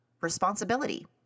responsibility